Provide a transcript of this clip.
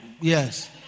Yes